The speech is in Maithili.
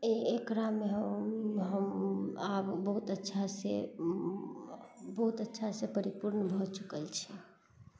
एकरा मे हम आब बहुत अच्छा से बहुत अच्छा से परिपूर्ण भऽ चुकल छै